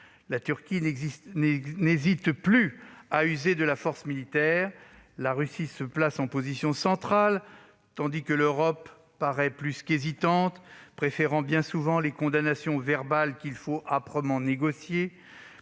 La Turquie n'hésite plus à user de la force militaire, la Russie se place en position centrale, tandis que l'Europe paraît plus qu'hésitante, préférant bien souvent les condamnations verbales, qu'il faut âprement négocier,